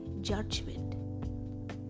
judgment